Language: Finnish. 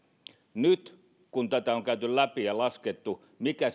nyt kun tätä on käyty läpi ja laskettu mikä